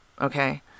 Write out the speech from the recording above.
Okay